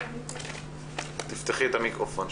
הייתי בעבר במספר דיונים גם בוועדה הזאת וגם בוועדה לביקורת המדינה,